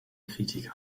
kritikern